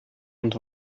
und